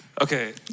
okay